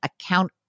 account